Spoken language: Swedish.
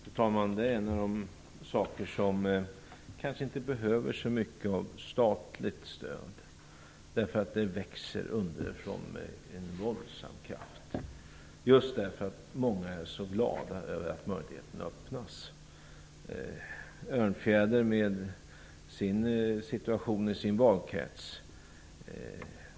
Fru talman! Det är en av de saker som kanske inte behöver så mycket av statligt stöd, eftersom det växer underifrån med en våldsam kraft just därför att många är så glada över att möjligheterna öppnas. Krister Örnfjäder känner situationen i sin valkrets.